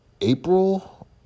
April